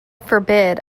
forbid